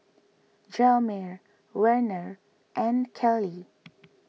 Hjalmer Werner and Kelley